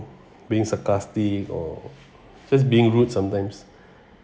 being sarcastic or just being rude sometimes